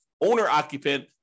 owner-occupant